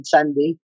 Sunday